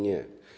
Nie.